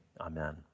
Amen